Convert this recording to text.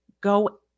go